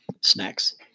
snacks